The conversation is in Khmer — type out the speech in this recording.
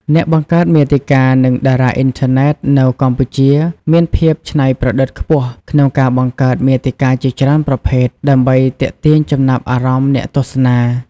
អ្នកបង្កើតមាតិកា និងតារាអុីនធឺណិតនៅកម្ពុជាមានភាពច្នៃប្រឌិតខ្ពស់ក្នុងការបង្កើតមាតិកាជាច្រើនប្រភេទដើម្បីទាក់ទាញចំណាប់អារម្មណ៍អ្នកទស្សនា។